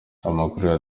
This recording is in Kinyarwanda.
amakuru